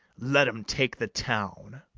let em take the town.